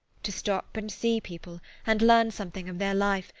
to stop and see people, and learn something of their life,